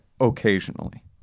occasionally